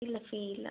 ഇല്ല ഫീ ഇല്ല